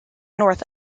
north